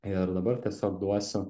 ir dabar tiesiog duosiu